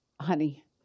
Honey